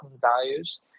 values